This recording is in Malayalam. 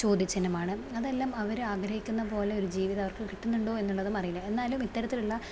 അതെല്ലാം അവര് ആഗ്രഹിക്കുന്ന പോലെ ഒരു ജീവിതം അവർക്ക് കിട്ടുന്നുണ്ടോ എന്നുള്ളതുമറിയില്ല എന്നാലും ഇത്തരത്തിലുള്ള